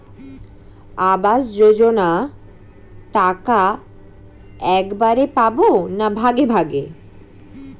আবাস যোজনা টাকা একবারে পাব না ভাগে ভাগে?